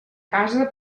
casa